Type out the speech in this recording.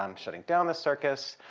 um shutting down the circus.